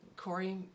Corey